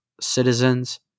citizens